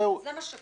זה מה שקרה.